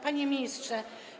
Panie Ministrze!